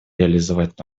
реализовать